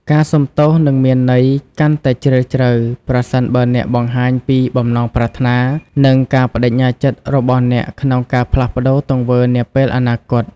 ការសុំទោសនឹងមានន័យកាន់តែជ្រាលជ្រៅ ប្រសិនបើអ្នកបង្ហាញពីបំណងប្រាថ្នា និងការប្តេជ្ញាចិត្តរបស់អ្នកក្នុងការផ្លាស់ប្តូរទង្វើនាពេលអនាគត។